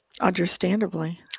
understandably